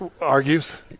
Argues